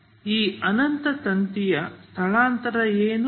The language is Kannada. ಈ ಅನಂತ ತಂತಿಯ ಸ್ಥಳಾಂತರ ಏನು